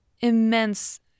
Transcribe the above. immense